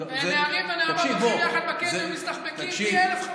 נערים ונערות שהולכים יחד לקניון ומסתחבקים זה פי אלף,